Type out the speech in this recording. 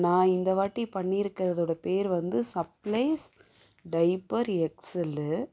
நான் இந்தவாட்டி பண்ணிருக்கறதோட பெயர் வந்து சப்ளைஸ் டைப்பர் எக்ஸ்எல்லு